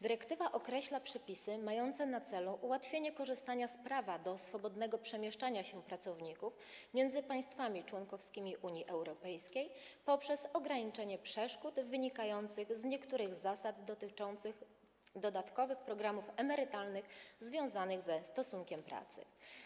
Dyrektywa określa przepisy mające na celu ułatwienie korzystania z prawa do swobodnego przemieszczania się pracowników między państwami członkowskimi Unii Europejskiej poprzez ograniczenie przeszkód wynikających z niektórych zasad dotyczących dodatkowych programów emerytalnych związanych ze stosunkiem pracy.